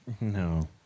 no